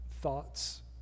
thoughts